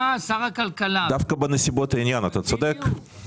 דווקא בנסיבות העניין אתה צודק.